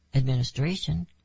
administration